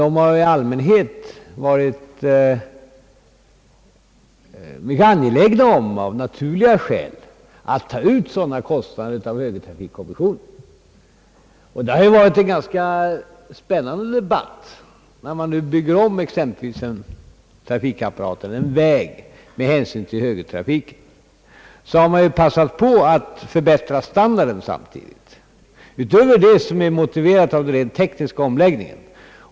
De har i allmänhet, av naturliga skäl, varit mycket angelägna om att ta ut sådana kostnader av högertrafikkommissionen. Men när exempelvis en trafikapparat eller en väg skall byggas om med anledning av omläggningen för högertrafik har det hänt att man passat på att samtidigt förbättra standarden utöver vad som är motiverat av den rent tekniska omläggningen.